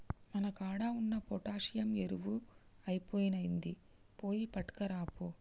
మన కాడ ఉన్న పొటాషియం ఎరువు ఐపొయినింది, పోయి పట్కరాపో